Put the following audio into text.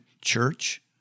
church